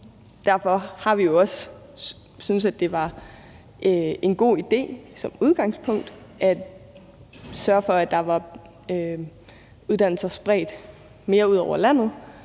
Derfor har vi jo også syntes, at det som udgangspunkt var en god idé at sørge for, at der var uddannelser spredt mere ud over landet,